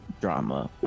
drama